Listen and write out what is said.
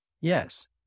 Yes